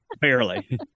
Barely